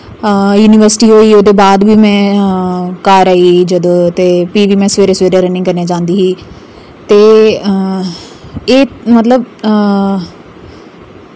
university होई उ'दे बाद बी में घर आई जदूं ते फ्ही बी में सवेरे सवेरे रनिंग करने जंदी ही ते एह् मतलब